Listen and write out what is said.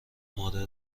مادر